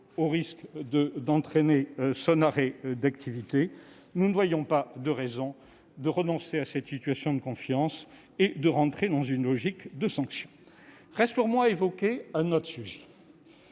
au risque de provoquer un arrêt de son activité. Nous ne voyons pas de raison de renoncer à cette situation de confiance et d'entrer dans une logique de sanction. Reste pour moi à évoquer un autre sujet,